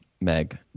meg